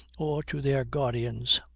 or to their guardians.